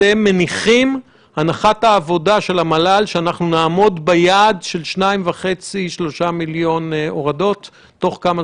בתחילת ספטמבר, לפי דעתי, זה צריך להיות